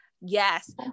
Yes